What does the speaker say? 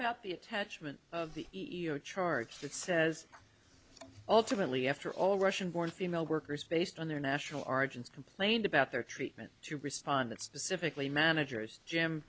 about the attachment of the charge that says ultimately after all russian born female workers based on their national origins complained about their treatment to respond that specifically managers jim